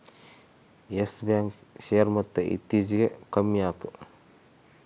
Yes bank share ಮೊತ್ತ ಇತ್ತೀಚಿಗೆ ಕಮ್ಮ್ಯಾತು